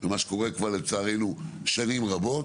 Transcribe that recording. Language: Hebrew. ומה שקורה כבר לצערנו שנים רבות,